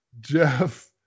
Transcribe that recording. Jeff